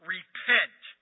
Repent